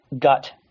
gut